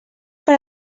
per